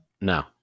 No